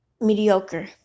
mediocre